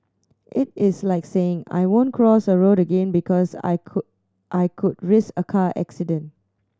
it is like saying I won't cross a road again because I could I could risk a car accident